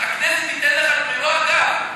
הכנסת תיתן לך את מלוא הגב.